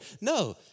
No